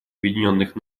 объединенных